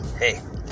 hey